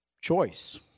choice